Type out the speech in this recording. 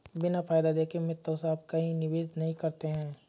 बिना फायदा देखे मित्तल साहब कहीं निवेश नहीं करते हैं